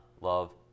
love